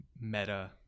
meta